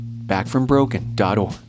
backfrombroken.org